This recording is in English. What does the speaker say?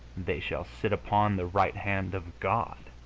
they shall sit upon the right hand of god.